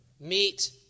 meet